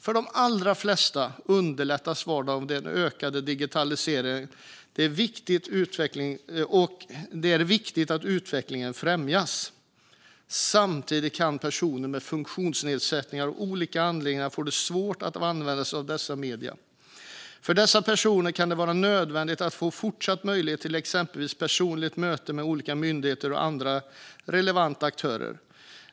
För de allra flesta underlättas vardagen av den ökade digitaliseringen, och det är viktigt att utvecklingen främjas. Samtidigt kan personer med funktionsnedsättningar av olika anledningar få det svårt att använda sig av dessa medier. För dessa personer kan det vara nödvändigt att fortsatt få möjlighet till exempelvis personliga möten med olika myndigheter och andra relevanta aktörer.